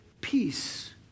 peace